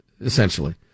essentially